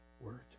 word